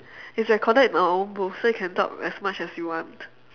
it's recorded in our own booth so you can talk as much as you want